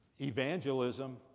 Evangelism